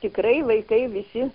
tikrai vaikai visi